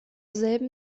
selben